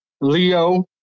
Leo